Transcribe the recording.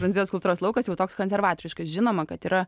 prancūzijos kultūros laukas jau toks konservatoriškas žinoma kad yra